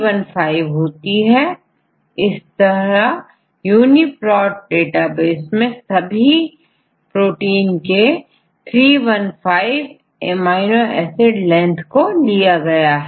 छात्र315 इस तरहUniProt डेटाबेस में सभी प्रोटींस के315 एमिनो एसिड लेंथ को लिया गया है